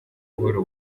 buhoro